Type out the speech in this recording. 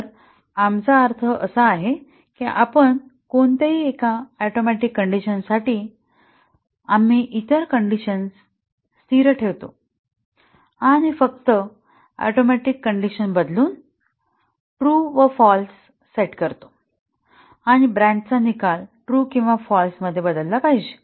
तर आमचा अर्थ असा आहे की आपण कोणत्याही एका ऍटोमिक कंडिशनसाठी आम्ही इतर कंडिशन स्थिर ठेवतो आणि फक्त ऍटोमिक कण्डिशन बदलून ट्रू व फाल्स करतो आणि ब्रान्चचा निकाल ट्रू व फाल्स मध्ये बदलला पाहिजे